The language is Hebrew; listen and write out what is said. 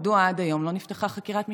מדוע עד היום לא נפתחה חקירת משטרה?